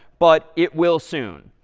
but it will soon.